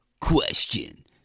Question